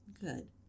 good